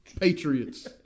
Patriots